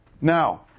now